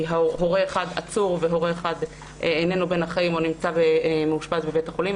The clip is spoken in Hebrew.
כי הורה אחד עצור והורה אחד אינו בין החיים או מאושפז בבית החולים,